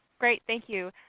great, thank you.